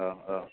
औ औ